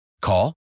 Call